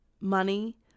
money